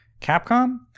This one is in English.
Capcom